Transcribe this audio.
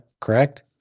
Correct